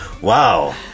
Wow